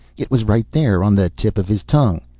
it was right there on the tip of his tongue.